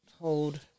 hold